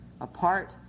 apart